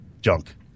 junk